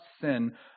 sin